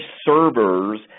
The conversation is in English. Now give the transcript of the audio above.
servers